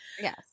Yes